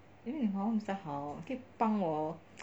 因为你的华文比较好可以帮我